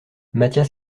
mathias